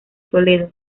toledo